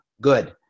good